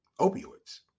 opioids